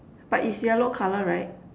but its yellow colour right